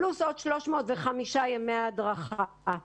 פלוס עוד 305 ימי הדרכה.